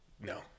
No